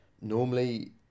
normally